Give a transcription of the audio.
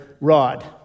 Rod